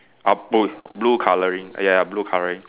uh blue blue colouring ah ya ya blue colouring